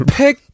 pick